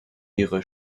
ihre